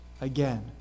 again